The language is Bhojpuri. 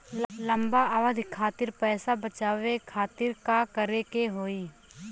लंबा अवधि खातिर पैसा बचावे खातिर का करे के होयी?